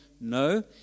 No